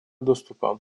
доступа